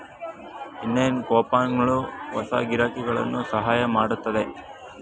ಇನ್ನೇನ್ ಕೂಪನ್ಗಳು ಹೊಸ ಗಿರಾಕಿಗಳನ್ನು ಸಹಾಯ ಮಾಡುತ್ತದೆ